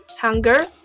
hunger